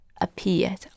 appeared